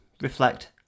reflect